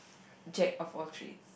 Jack of all trades